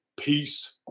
Peace